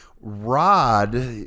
Rod